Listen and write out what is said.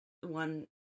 one